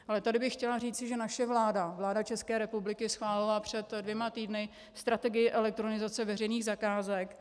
Ale tady bych chtěla říci, že naše vláda, vláda České republiky, schválila před dvěma týdny Strategii elektronizace veřejných zakázek.